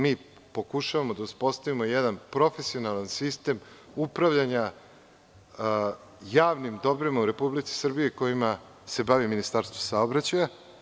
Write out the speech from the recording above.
Mi pokušavamo da uspostavimo jedan profesionalan sistem upravljanja javnim dobrima u Republici Srbiji, kojima se bavi Ministarstvo saobraćaja.